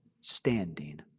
standing